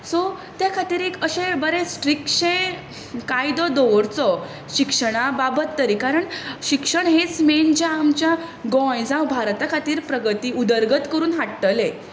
so ते खातीर एक अशें बरें स्ट्रिक्टशें कायदो दवरचो शिक्षणा बाबत तरी कारण शिक्षण हेंच मेन जें आमच्या गोंय जावं भारता खातीर उदरगत करून हाडटले